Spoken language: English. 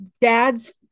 dad's